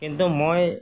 কিন্তু মই